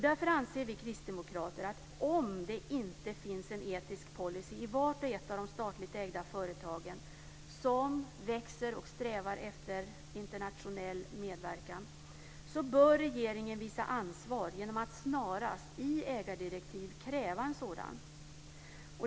Därför anser vi kristdemokrater att om det inte finns en etisk policy i vart och ett av de statligt ägda företagen som växer och strävar efter internationell samverkan bör regeringen visa ansvar genom att snarast i ägardirektiv kräva en sådan.